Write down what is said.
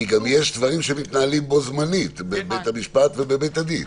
כי יש גם דברים שמתנהלים בו-זמנית בבית המשפט ובבית הדין.